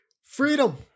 freedom